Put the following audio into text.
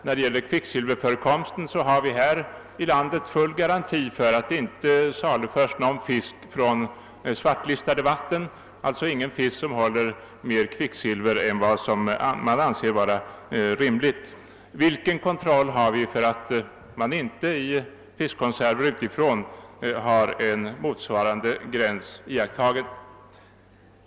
När det gäller kvicksilverförekomsten har vi här i landet full garanti för att det inte saluförs någon fisk från svartlistade vatten, alltså fisk som innehåller mer kvicksilver än vad som anses vara rimligt. Vilken garanti har vi för att en motsvarande gräns iakttages när det gäller fiskkonserver utifrån?